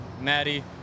Maddie